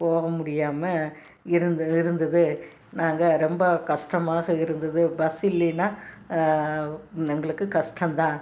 போகமுடியாமல் இருந்த இருந்தது நாங்கள் ரொம்ப கஷ்டமாக இருந்தது பஸ் இல்லைனா எங்களுக்கு கஷ்டந்தான்